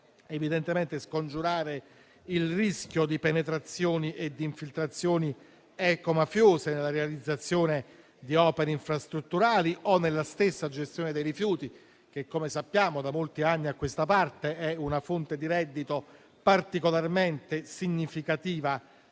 Dobbiamo scongiurare il rischio di penetrazioni e di infiltrazioni ecomafiose nella realizzazione di opere infrastrutturali o nella stessa gestione dei rifiuti, che, come sappiamo, da molti anni a questa parte, è una fonte di reddito particolarmente significativa